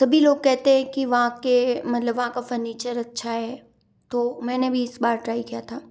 सभी लोग कहते हैं कि वहाँ के मतलब वहाँ का फर्नीचर अच्छा है तो मैंने भी इस बार ट्राई किया था